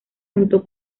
junto